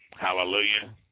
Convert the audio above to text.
Hallelujah